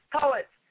Poets